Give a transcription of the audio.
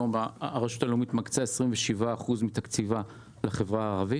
והרשות הלאומית מקצה 27% מתקציבה לחברה הערבית,